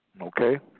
Okay